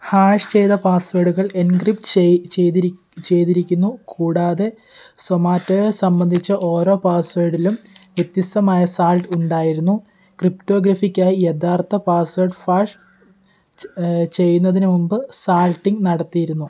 hash ചെയ്ത പാസ്വേഡുകൾ encrypt ചെയ്ത് ചെയ്തിരി ചെയ്തിരിക്കുന്നു കൂടാതെ സൊമാറ്റോയെ സംബന്ധിച്ച് ഓരോ പാസ്വേഡിലും വ്യത്യസ്തമായ സാൾട്ട് ഉണ്ടായിരുന്നു ക്രിപ്റ്റോഗ്രഫിക്കായി യഥാർത്ഥ പാസ്വേഡ് ഫാഷ് ചെയ്യുന്നതിന് മുമ്പ് സാൾട്ടിംഗ് നടത്തിയിരുന്നു